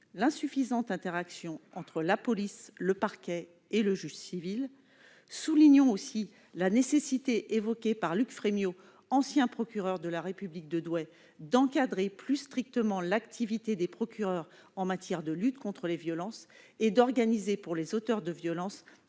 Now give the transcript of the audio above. l'insuffisante interaction entre la police, le parquet et le juge civil. Soulignons aussi la nécessité, évoquée par Luc Frémiot, ancien procureur de la République de Douai, d'encadrer plus strictement l'activité des procureurs en matière de lutte contre les violences et d'organiser, pour les auteurs de violences,